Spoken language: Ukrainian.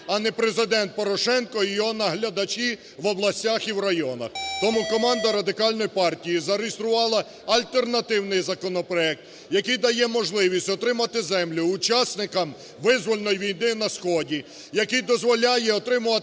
а не Президент Порошенко і його наглядачі в областях і в районах. Тому команда Радикальної партії зареєструвала альтернативний законопроект, який дає можливість отримати землю учасника визвольної війни на сході, який дозволяє отримати